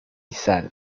sal